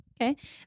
Okay